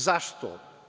Zašto?